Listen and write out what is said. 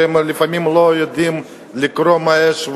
שלפעמים הם לא יודעים לקרוא מה יש,